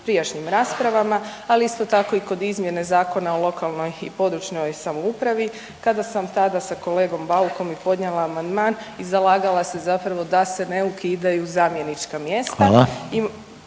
prijašnjim raspravama, ali isto tako i kod izmjene Zakona o lokalnoj i područnoj samoupravi kada sam tada sa kolegom Baukom i podnijela amandman i zalagala se zapravo da se ne ukidaju zamjenička mjesta